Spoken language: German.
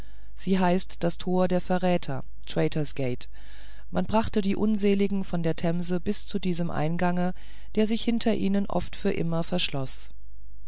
sie heißt das tor der verräter traitor's gate man brachte die unseligen von der themse bis zu diesem eingange der sich hinter ihnen oft für immer